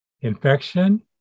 infection